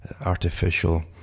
artificial